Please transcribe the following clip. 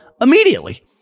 immediately